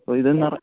അപ്പോൾ ഇതെന്നറ